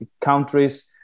countries